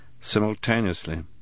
simultaneously